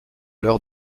leur